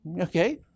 Okay